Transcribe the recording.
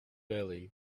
early